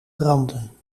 branden